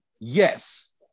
Yes